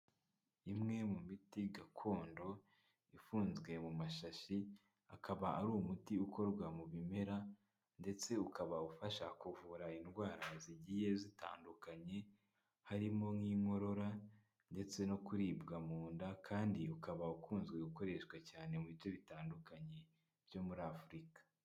Imwe mu miti gakondo ifunzwe mu mashashi, akaba ari umuti ukorwa mu bimera ndetse ukaba ufasha kuvura indwara zigiye zitandukanye, harimo nk'inkorora ndetse no kuribwa mu nda kandi ukaba ukunzwe gukoreshwa cyane mu bice bitandukanye byo muri Afurika.